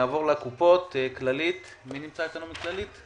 נעבור לקופות, מי נמצא איתנו מכללית?